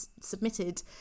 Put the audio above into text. submitted